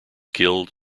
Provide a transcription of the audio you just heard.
killed